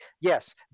yes